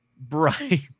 bright